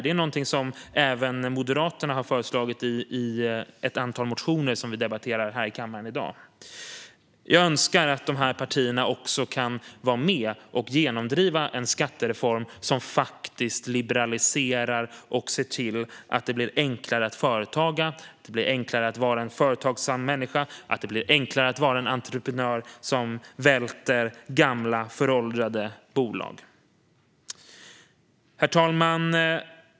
Detta är något som även Moderaterna har föreslagit i ett antal motioner som vi debatterar här i kammaren i dag. Jag önskar att dessa partier också kan vara med och genomdriva en skattereform som liberaliserar och ser till att det blir enklare att företaga, enklare att vara en företagsam människa och enklare att vara en entreprenör som välter gamla, föråldrade bolag. Herr talman!